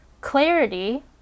Clarity